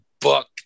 book